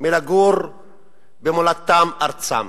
מלגור במולדתם-ארצם?